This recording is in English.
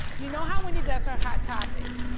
you know how wendy does her hot topics,